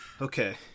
okay